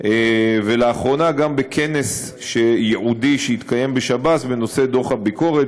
ולאחרונה גם בכנס ייעודי שהתקיים בשב"ס בנושא דוח הביקורת,